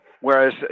whereas